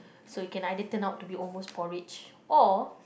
so it can either turn out to be almost porridge or